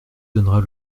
donneras